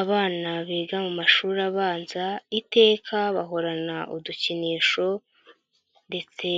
Abana biga mu mashuri abanza iteka bahorana udukinisho ndetse